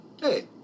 Hey